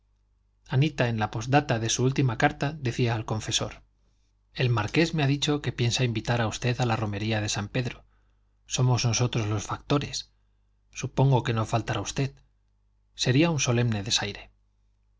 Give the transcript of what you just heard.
anita en la postdata de su última carta decía al confesor el marqués me ha dicho que piensa invitar a usted a la romería de san pedro somos nosotros los factores supongo que no faltará usted sería un solemne desaire